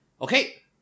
okay